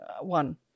one